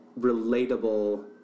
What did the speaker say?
relatable